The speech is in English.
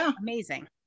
amazing